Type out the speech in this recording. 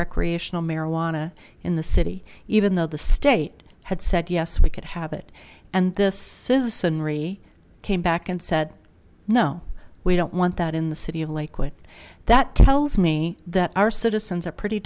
recreational marijuana in the city even though the state had said yes we could have it and this citizen ri came back and said no we don't want that in the city of l a quit that tells me that our citizens are pretty